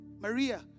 Maria